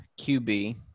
QB